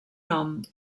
nom